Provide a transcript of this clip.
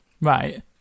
Right